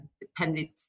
dependent